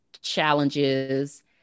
challenges